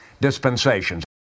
dispensations